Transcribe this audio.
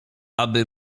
aby